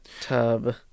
Tub